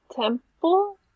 temple